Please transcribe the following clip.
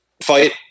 fight